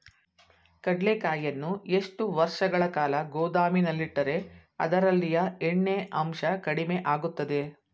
ಕಡ್ಲೆಕಾಯಿಯನ್ನು ಎಷ್ಟು ವರ್ಷಗಳ ಕಾಲ ಗೋದಾಮಿನಲ್ಲಿಟ್ಟರೆ ಅದರಲ್ಲಿಯ ಎಣ್ಣೆ ಅಂಶ ಕಡಿಮೆ ಆಗುತ್ತದೆ?